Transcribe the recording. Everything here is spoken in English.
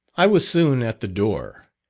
i was soon at the door,